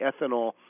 ethanol